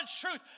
truth